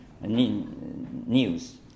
news